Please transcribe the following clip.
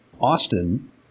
Austin